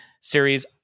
series